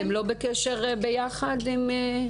אתם לא בקשר עם הרשות להגנת הצרכן?